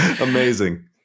amazing